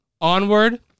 Onward